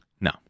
No